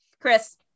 Chris